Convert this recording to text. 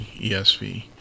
ESV